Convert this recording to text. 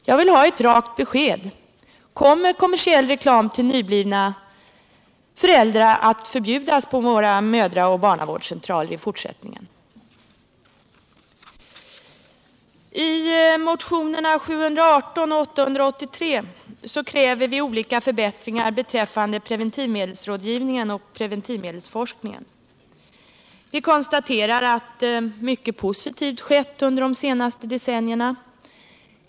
Jag vill ha ett rakt besked. Kommer all kommersiell reklam till nyblivna föräldrar att förbjudas på våra mödraoch barnavårdscentraler i fortsättningen? I motionerna 718 och 883 kräver vi olika förbättringar beträffande preventivmedelsrådgivningen och preventivmedelsforskningen. Vi konsta terar att mycket positivt skett under de senaste decennierna.